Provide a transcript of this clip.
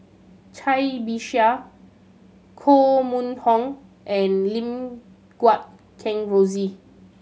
Cai Bixia Koh Mun Hong and Lim Guat Kheng Rosie